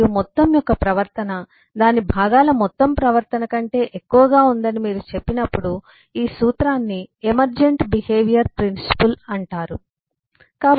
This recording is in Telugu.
మరియు మొత్తం యొక్క ప్రవర్తన దాని భాగాల మొత్తం ప్రవర్తన కంటే ఎక్కువగా ఉందని మీరు చెప్పినప్పుడు ఈ సూత్రాన్ని emergent behaviour principle behavior principle ఉద్భవిస్తున్న ప్రవర్తన సూత్రం అంటారు